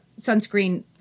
sunscreen